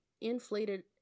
inflated